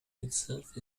itself